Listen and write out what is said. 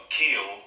kill